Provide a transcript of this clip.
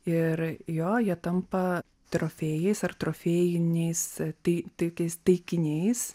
ir jo jie tampa trofėjais ar trofėjiniais tai tokiais taikiniais